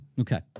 Okay